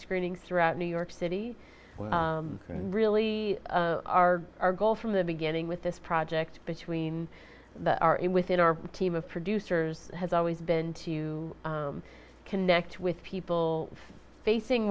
screenings throughout new york city and really our our goal from the beginning with this project between the within our team of producers has always been to connect with people facing